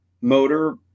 motor